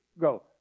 go